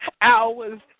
hours